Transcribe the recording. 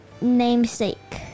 namesake